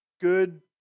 Good